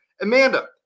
Amanda